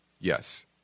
Yes